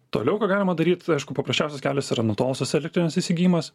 toliau ką galima daryt aišku paprasčiausias kelias yra nutolusios elektrinės įsigijimas